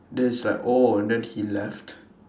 then it's like oh and then he left